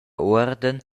uorden